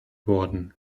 worden